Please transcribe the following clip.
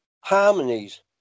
harmonies